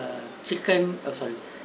err chicken oh sorry